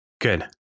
Good